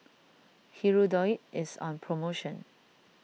Hirudoid is on Promotion